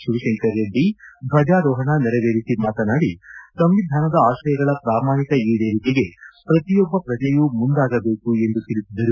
ಶಿವಶಂಕರ ರೆಡ್ಡಿ ಧ್ವಜಾರೋಹೋಣ ನೆರವೇರಿಸಿ ಮಾತನಾಡಿ ಸಂವಿಧಾನದ ಆಶಯಗಳ ಪ್ರಾಮಾಣಿಕ ಈಡೇರಿಕೆಗೆ ಪ್ರತಿಯೊಬ್ಬ ಪ್ರಜೆಯೂ ಮುಂದಾಗಬೇಕು ಎಂದು ತಿಳಿಸಿದರು